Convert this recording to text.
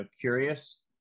curious